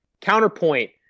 Counterpoint